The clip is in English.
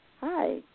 Hi